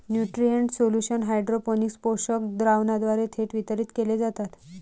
nutrient solution hydroponics पोषक द्रावणाद्वारे थेट वितरित केले जातात